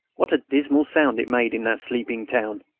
what a dismal sound it made in that sleeping town!